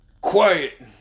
quiet